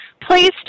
Please